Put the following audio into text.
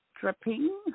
dripping